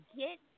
get